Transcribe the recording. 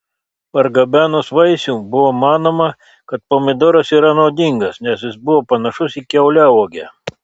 pargabenus vaisių buvo manoma kad pomidoras yra nuodingas nes jis buvo panašus į kiauliauogę